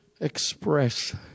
Express